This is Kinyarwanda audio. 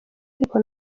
ariko